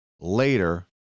later